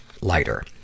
Lighter